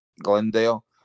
Glendale